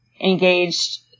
engaged